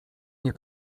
nie